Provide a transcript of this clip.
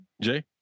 Jay